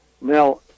Now